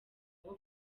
aho